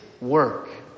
work